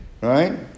right